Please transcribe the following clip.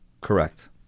Correct